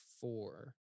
four